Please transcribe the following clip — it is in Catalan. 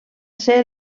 ser